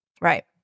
Right